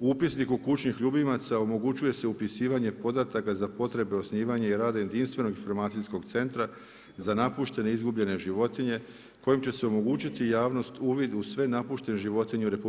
U upisnik kućnih ljubimaca, omogućuje se upisivanje podataka za potrebe osnivanja i rada jedinstvenog informacijskog centra, za napuštene i izgubljene životinje, kojim će se omogućiti javnost uvid u sve napuštene životinje u RH